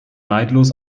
neidlos